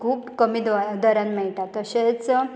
खूब कमी दरान मेळटा तशेंच